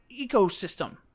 ecosystem